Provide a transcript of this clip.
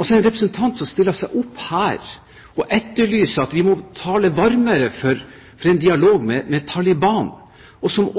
En representant stiller seg altså opp her og etterlyser at vi må tale varmere for en dialog med Taliban, og